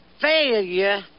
failure